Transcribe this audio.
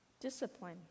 Discipline